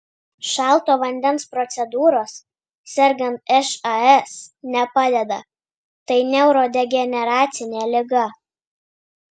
šalto vandens procedūros sergant šas nepadeda tai neurodegeneracinė liga